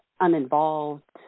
uninvolved